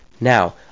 Now